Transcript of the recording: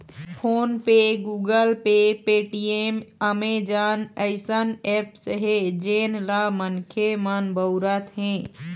phone पे, Google pay, Paytm, Amazon अइसन apps हे जेन ल मनखे मन बउरत हें